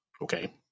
okay